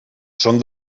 són